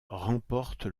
remporte